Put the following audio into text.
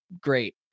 great